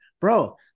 bro